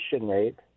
rate